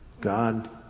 God